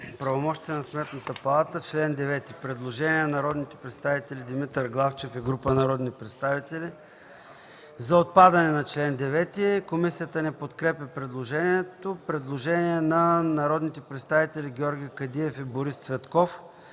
„Правомощия на Сметната палата”, има предложение на народните представители Димитър Главчев и група народни представители за отпадане на чл. 9. Комисията не подкрепя предложението. Има предложение на народните представители Георги Кадиев и Борис Цветков.